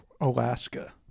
Alaska